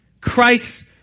Christ